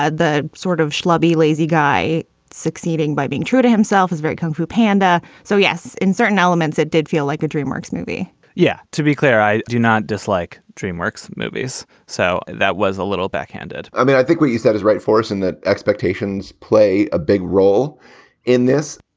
the sort of schlubby, lazy guy succeeding by being true to himself is very kung fu panda. so, yes, in certain elements it did feel like a dreamworks movie yeah, to be clear, i do not dislike dreamworks movies. so that was a little backhanded i mean, i think what you said is right for us in that expectations play a big role in this.